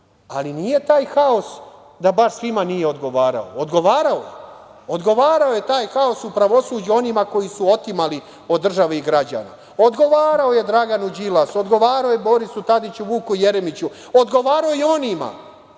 nije taj haos baš svima da nije odgovarao, ogovarao je taj haos u pravosuđu onima koji su otimali od države i građana. Odgovarao je Draganu Đilasu, odgovarao je Borisu Tadiću, Vuku Jeremiću. Odgovarao je onima